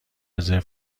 رزرو